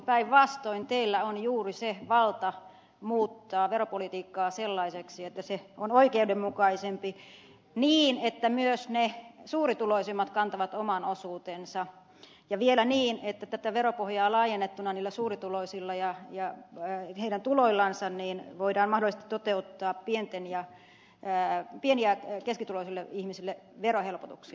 päinvastoin teillä on juuri valta muuttaa veropolitiikkaa sellaiseksi että se on oikeudenmukaisempi niin että myös ne suurituloisimmat kantavat oman osuutensa ja vielä niin että tätä veropohjaa laajentamalla niillä suurituloisilla ja heidän tuloillansa voidaan mahdollisesti toteuttaa pieni ja keskituloisille ihmisille verohelpotuksia